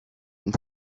and